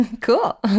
Cool